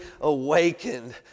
awakened